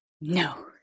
No